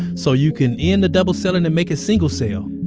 so, you can end the double cell and make a single cell.